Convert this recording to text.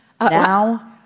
now